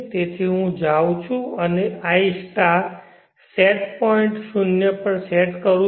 તેથી હું જાઉં છું અને મેં સેટ પોઇન્ટ શૂન્ય પર સેટ કર્યો છે